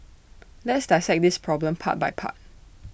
let's dissect this problem part by part